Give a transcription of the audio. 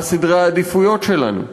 מה סדרי העדיפויות שלנו?